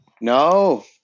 No